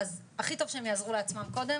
אז הכי טוב שהם יעזרו לעצמם קודם,